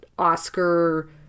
oscar